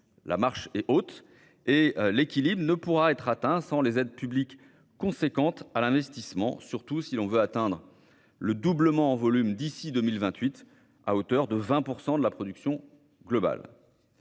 La marche est haute et l'équilibre ne pourra être atteint sans aides publiques importantes à l'investissement, surtout si l'on veut doubler le volume produit d'ici à 2028 à hauteur de 20 % de la production globale.